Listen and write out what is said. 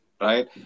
Right